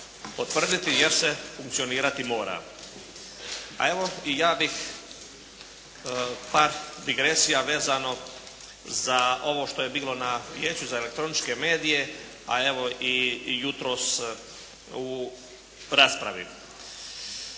potvrditi jer se funkcionirati mora. A evo, i ja bih par digresija vezano za ovo što je bilo na Vijeću za elektroničke medije a evo i jutros u raspravi.